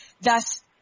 thus